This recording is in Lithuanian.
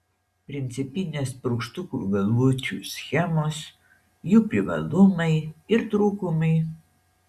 principinės purkštukų galvučių schemos jų privalumai ir trūkumai